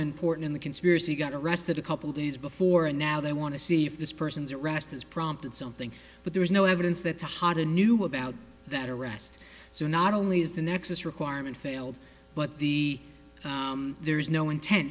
in port in the conspiracy got arrested a couple days before and now they want to see if this person's arrest has prompted something but there is no evidence that the hot a knew about that arrest so not only is the nexus requirement failed but the there is no intent